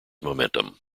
momentum